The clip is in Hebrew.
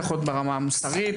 יכול להיות ברמה המוסרית,